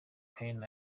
karen